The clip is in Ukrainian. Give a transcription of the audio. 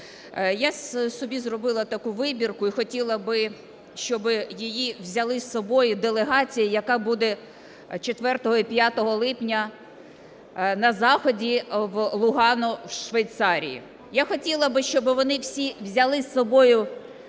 Я собі зробила таку вибірку і хотіла би, щоб її взяла з собою делегація, яка буде 4 і 5 липня на заході в Лугано в Швейцарії. Я хотіла би, щоб вони всі взяли з собою інформацію